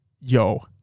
Yo